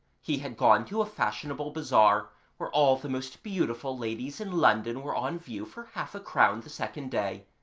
he had gone to a fashionable bazaar where all the most beautiful ladies in london were on view for half a crown the second day,